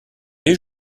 les